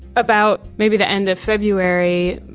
about maybe the end of february,